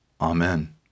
Amen